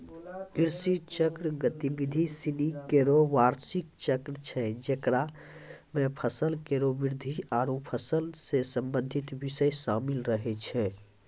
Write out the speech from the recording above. कृषि चक्र गतिविधि सिनी केरो बार्षिक चक्र छै जेकरा म फसल केरो वृद्धि आरु फसल सें संबंधित बिषय शामिल रहै छै